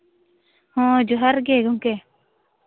ᱦᱮᱸ ᱡᱚᱦᱟᱨ ᱜᱮ ᱜᱚᱢᱠᱮ